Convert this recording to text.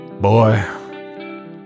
Boy